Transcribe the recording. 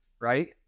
right